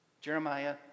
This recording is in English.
Jeremiah